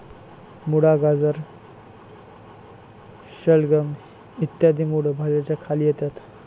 मुळा, गाजर, शलगम इ मूळ भाज्यांच्या खाली येतात